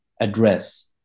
address